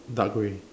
dark grey